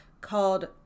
called